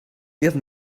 give